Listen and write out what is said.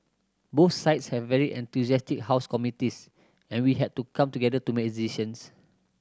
both sides have very enthusiastic house committees and we had to come together to make decisions